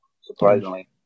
surprisingly